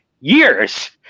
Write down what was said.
years